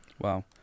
Wow